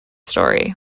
story